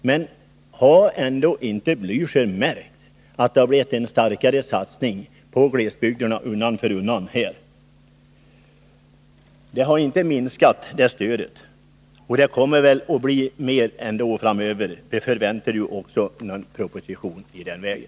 Men har ändå inte Raul Blächer märkt att det blivit en starkare satsning på glesbygden undan för undan? Stödet har inte minskat, det har ökat och det kommer att bli ännu större framöver — vi förväntar oss en proposition i den vägen.